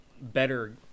better